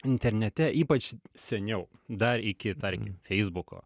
internete ypač seniau dar iki tarkim feisbuko